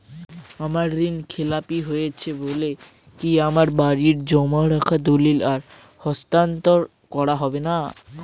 আমার ঋণ খেলাপি হয়েছে বলে কি আমার বাড়ির জমা রাখা দলিল আর হস্তান্তর করা হবে না?